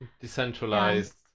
Decentralized